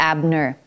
Abner